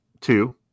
Two